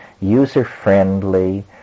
user-friendly